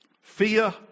fear